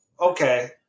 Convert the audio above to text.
Okay